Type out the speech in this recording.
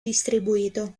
distribuito